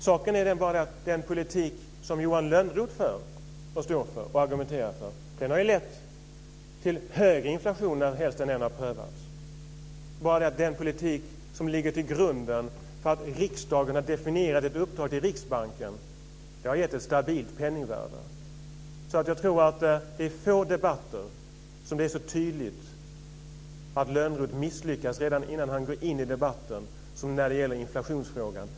Saken är den att den politik som Johan Lönnroth argumenterar för har lett till högre inflation när helst den har prövats. Den politik som ligger till grund för att riksdagen har definierat ett uppdrag till Riksbanken har gett ett stabilt penningvärde. Jag tror att det är få debatter där det är så tydligt att Lönnroth misslyckas redan innan han går in i debatten som när det gäller inflationsfrågan.